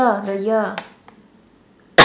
oh the year